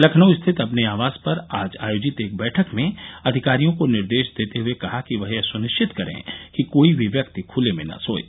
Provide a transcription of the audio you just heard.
लखनऊ स्थित अपने आवास पर आज आयोजित एक बैठक में अधिकारियों को निर्देश देर्त हये कहा कि वह यह सुनिश्चित करें कि कोई भी व्यक्ति खुले में न सोये